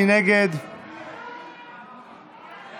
מי